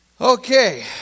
Okay